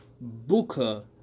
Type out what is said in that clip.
Booker